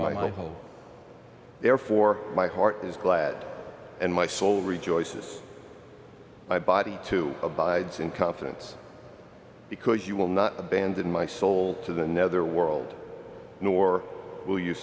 my home therefore my heart is glad and my soul rejoices my body to abides in confidence because you will not abandon my soul to the nether world nor will you